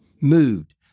Moved